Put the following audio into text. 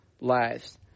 lives